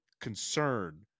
Concern